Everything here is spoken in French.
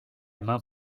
main